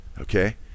okay